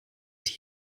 die